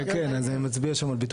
הכסף וגם כדי לעבוד שזה גם לא יגדל בבת